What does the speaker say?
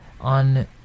on